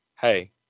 hey